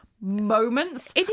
moments